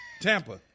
Tampa